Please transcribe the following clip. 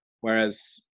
Whereas